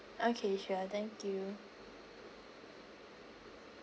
okay sure thank you